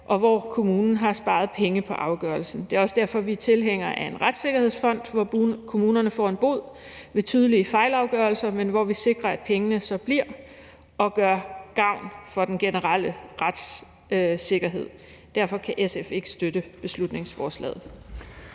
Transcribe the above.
og at kommunen har sparet penge på afgørelsen. Det er også derfor, vi er tilhængere af en retssikkerhedsfond, hvor kommunerne får en bod ved tydelige fejlafgørelser, men hvor vi sikrer, at pengene bliver og gør gavn for den generelle retssikkerhed. Derfor kan SF ikke støtte beslutningsforslaget.